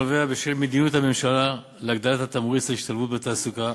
נובע ממדיניות ממשלתית להגדלת התמריץ להשתלבות בתעסוקה,